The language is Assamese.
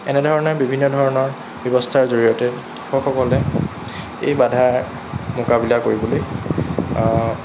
এনেধৰণে বিভিন্ন ধৰণৰ ব্যৱস্থাৰ জৰিয়তে কৃষকসকলে এই বাধাৰ মোকাবিলা কৰিবলৈ